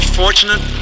fortunate